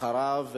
אחריו,